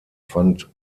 fand